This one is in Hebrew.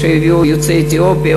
שהביאו יוצאי אתיופיה,